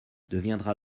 deviendra